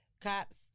cops